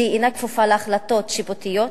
שהיא אינה כפופה להחלטות שיפוטיות?